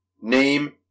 name